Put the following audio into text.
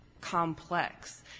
complex